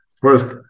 First